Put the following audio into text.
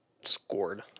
scored